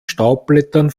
staubblättern